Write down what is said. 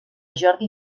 jordi